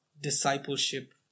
discipleship